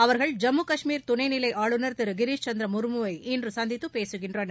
அவர்கள் ஜம்மு காஷ்மீர் துணைநிலை ஆளுநர் திரு கிரிஷ் சந்திர முர்முவை இன்று சந்தித்து பேசுகின்றனர்